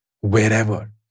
wherever